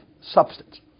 substance